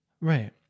Right